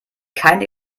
keine